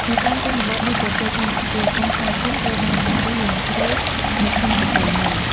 នៅតាមជនបទនៃប្រទេសកម្ពុជា ការស្វាគមន៍ត្រូវបានចាក់ឫសយ៉ាងជ្រៅនៅក្នុងប្រពៃណី។